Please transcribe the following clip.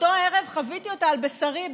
באותו ערב חוויתי אותה על בשרי,